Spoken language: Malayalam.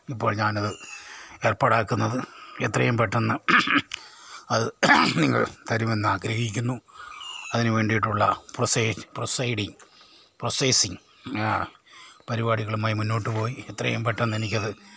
ഇപ്പോൾ ഞാനത് ഏർപ്പാടാക്കുന്നത് എത്രയും പെട്ടന്ന് അത് നിങ്ങൾ തരുമെന്ന് ഞാനാഗ്രഹിക്കുന്നു അതിന് വേണ്ടിയിട്ടുള്ള പ്രോസേജ് പ്രോസൈടിങ്ങ് പ്രോസേസ്സിംഗ് പരിപാടികളുമായി മുന്നോട് പോയി എത്രയും പെട്ടെന്ന് എനിക്ക് ഇത്